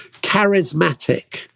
charismatic